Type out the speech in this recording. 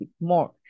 more